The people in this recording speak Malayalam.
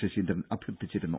ശശീന്ദ്രൻ അഭ്യർത്ഥിച്ചിരുന്നു